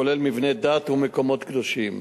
כולל במבני דת ומקומות קדושים.